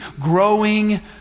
growing